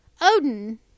Odin